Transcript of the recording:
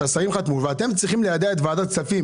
שהשרים חתמו ואתם צריכים ליידע את ועדת כספים